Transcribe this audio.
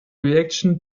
reaction